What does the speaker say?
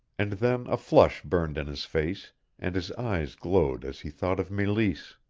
and then a flush burned in his face and his eyes glowed as he thought of meleese.